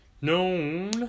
known